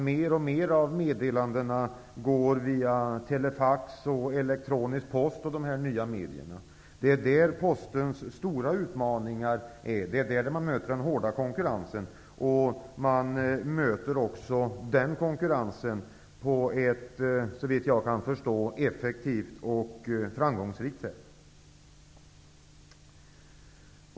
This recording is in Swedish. Mer och mer av meddelandena går via nya medier som telefax och elektronisk post. Det är där Postens stora utmaningar finns, och man möter den konkurrensen på ett såvitt jag kan förstå effektivt och framgångsrikt sätt.